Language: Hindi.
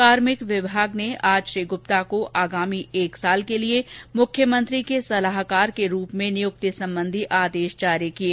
कार्मिक विभाग ने आज श्री गुप्ता को आगामी एक साल के लिए मुख्यमंत्री के सलाहकार के रूप में नियुक्ति संबंधी आदेश जारी किए